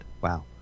wow